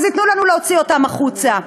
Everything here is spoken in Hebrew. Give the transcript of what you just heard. ייתנו לנו להוציא אותן החוצה.